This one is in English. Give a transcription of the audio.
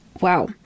Wow